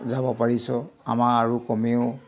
যাব পাৰিছ আমাৰ আৰু কমেও